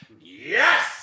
Yes